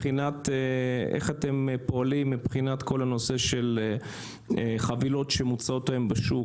אתם פועלים בנושא חבילות שמוצעות היום בשוק